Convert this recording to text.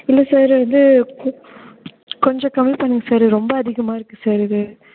இல்லை சார் இது வந்து கொஞ்சம் கம்மி பண்ணுங்க சார் இது ரொம்ப அதிகமாக இருக்குது சார் இது